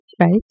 right